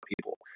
people